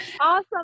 Awesome